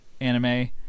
anime